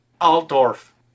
Altdorf